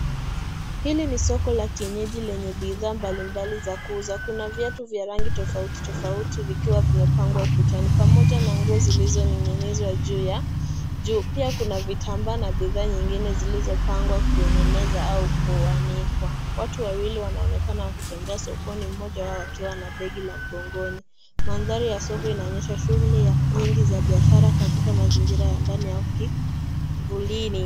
Hili ni soko la kienyeji lenye bidhaa mbalimbali za kuuza. Kuna viatu vya rangi tofauti tofauti vikiwa vimepangwa ukutani pamoja na nguo zilizoning'inizwa juu ya juu. Pia kuna vitambaa na bidhaa nyingine zilizopangwa kwenye meza au kuanikwa. Watu wawili wanonekana wakitembea sokoni, moja wao akiwa na begi la mgongoni. Mandhari ya soko inaonyesha shuguli nyingi za biashara katika mazingira ya ndani au kivulini.